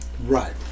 Right